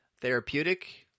therapeutic